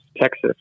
Texas